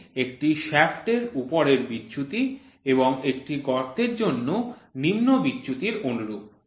এটি একটি শ্য়াফ্টের উপরের বিচ্যুতি এবং একটি গর্তের জন্য নিম্ন বিচ্যুতির অনুরূপ